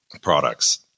products